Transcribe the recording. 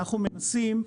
אנחנו מנסים,